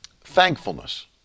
thankfulness